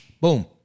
Boom